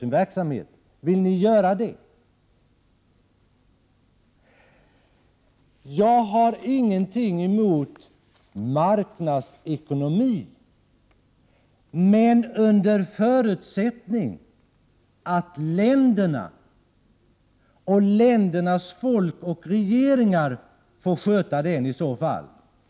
Jag har ingenting emot marknadsekonomi — men under förutsättning att länderna och ländernas folk och regeringar får sköta den.